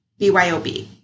BYOB